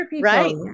Right